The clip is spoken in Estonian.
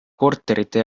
korterite